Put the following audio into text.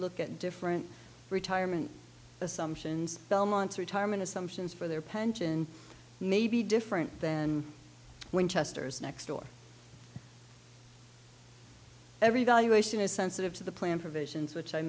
look at different retirement assumptions belmont's retirement assumptions for their pension may be different then winchesters next door every valuation is sensitive to the plan provisions which i